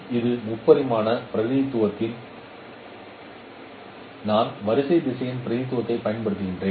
இது முப்பரிமாண பிரதிநிதித்துவம் நான் வரிசை திசையன் பிரதிநிதித்துவத்தைப் பயன்படுத்துகிறேன்